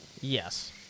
Yes